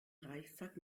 reichstag